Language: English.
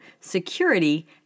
security